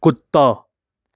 कुत्ता